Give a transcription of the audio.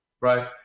right